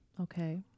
Okay